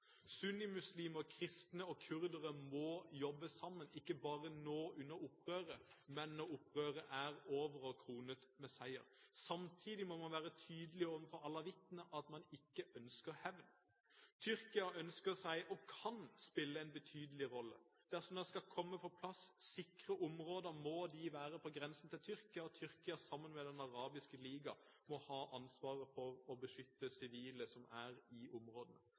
kristne og kurdere må jobbe sammen, ikke bare nå under opprøret, men også når opprøret er over og kronet med seier. Samtidig må man være tydelig overfor alawittene på at man ikke ønsker hevn. Tyrkia ønsker seg – og kan – spille en betydelig rolle. Dersom det skal komme på plass sikre områder, må de være på grensen til Tyrkia, og Tyrkia må, sammen med Den arabiske liga, ha ansvaret for å beskytte sivile som er i områdene.